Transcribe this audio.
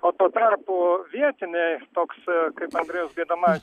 o tuo tarpu vietiniai toks kaip andrejus gaidama